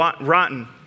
rotten